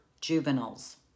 juveniles